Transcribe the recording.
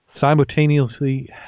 simultaneously